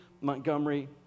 Montgomery